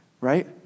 right